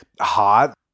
hot